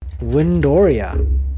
Windoria